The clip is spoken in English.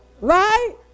right